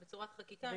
בצורת חקיקה.